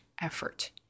effort